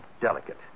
delicate